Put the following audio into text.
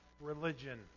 religion